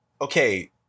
okay